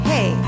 Hey